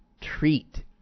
treat